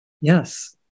Yes